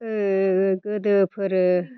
गोदोफोर